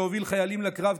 שהוביל חיילים בקרב,